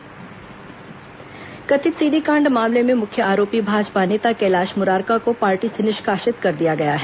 कैलाश मुरारका निष्कासित कथित सीडी कांड मामले में मुख्य आरोपी भाजपा नेता कैलाश मुरारका को पार्टी से निष्कासित कर दिया गया है